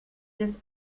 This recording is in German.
des